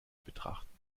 betrachten